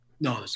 No